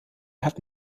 hat